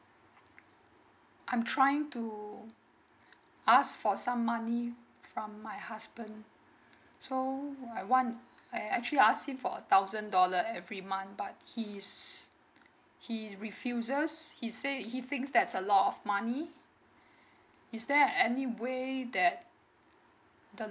I'm trying to ask for some money from my husband so I want I actually ask him for a thousand dollar every month but he's he refuses he say he thinks that's a lot of money is there any way that the